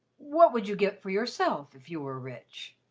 what would you get for yourself, if you were rich?